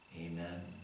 Amen